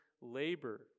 labor